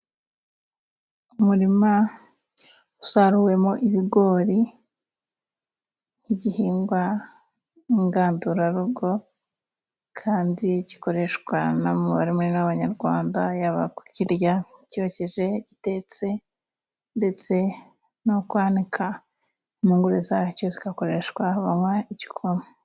Umurima usaruwemo ibigori, nk'igihingwa ngandurarugo kandi gikoreshwa n'umubare munini w'abanyarwanda, yaba kukirya cyokeje, gitetse, ndetse no kwanika impungure zacyo, zigakoreshwa banywa igikoma.